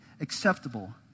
acceptable